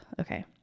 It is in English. Okay